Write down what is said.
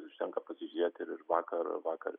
užtenka pasižiūrėti ir ir vakar vakar